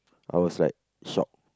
I was like shocked